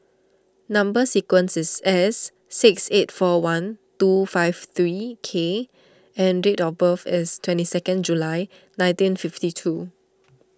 Number Sequence is S six eight four one two five three K and date of birth is twenty second July nineteen fifty two